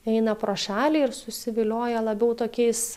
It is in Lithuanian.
eina pro šalį ir susivilioja labiau tokiais